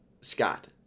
Scott